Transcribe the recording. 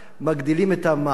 מגדילים את המע"מ.